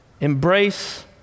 embrace